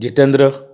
Jitendra